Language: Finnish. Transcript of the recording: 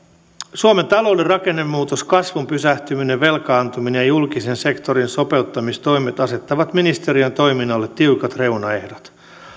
suomen talouden rakennemuutos kasvun pysähtyminen velkaantuminen ja julkisen sektorin sopeuttamistoimet asettavat ministeriön toiminnalle tiukat reunaehdot